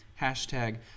Hashtag